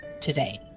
today